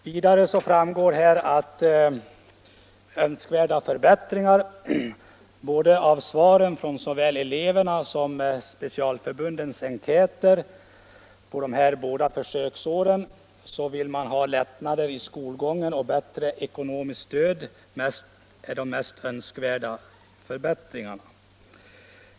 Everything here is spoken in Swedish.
Vidare framgår det av svaren på såväl elevernas som specialförbundens enkäter från båda försöksåren att hittills är lättnader i skolgången och bättre ekonomiskt stöd mest önskade förbättringar.